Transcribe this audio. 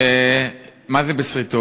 מה זה בסריטות?